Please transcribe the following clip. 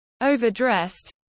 overdressed